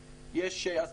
יש פרסום בתחנות,